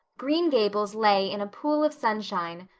green gables lay in a pool of sunshine,